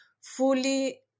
fully